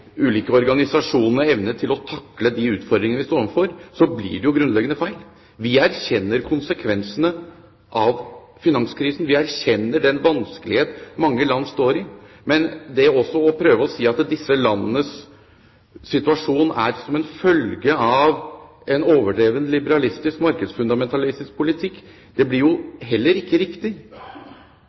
utfordringene vi står overfor, blir det jo grunnleggende feil. Vi erkjenner konsekvensene av finanskrisen. Vi erkjenner den vanskelighet mange land står i, men det å prøve å si at disse landenes situasjon er en følge av en overdrevent liberalistisk og markedsfundamentalistisk politikk, blir jo heller ikke riktig